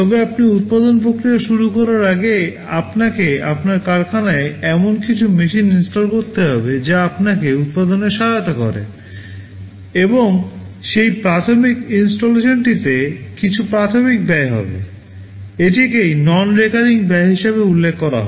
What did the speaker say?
তবে আপনি উত্পাদন প্রক্রিয়া শুরু করার আগে আপনাকে আপনার কারখানায় এমন কিছু মেশিন ইনস্টল ব্যয় হিসাবে উল্লেখ করা হয়